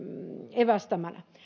evästämänä